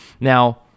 Now